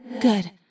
Good